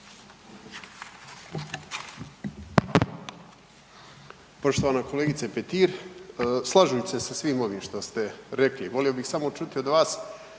Poštovana kolegice Petir, slažem sa svim ovim što ste rekli, volio bi samo čuti od vas